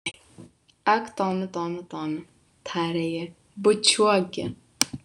ak tomi tomi tomi tarė ji bučiuok gi